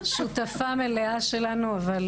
שותפה מלאה שלנו, אז